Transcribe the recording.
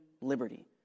liberty